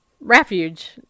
refuge